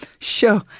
sure